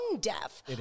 deaf